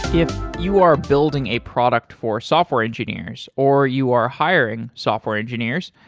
if you are building a product for software engineers or you are hiring software engineers,